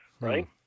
Right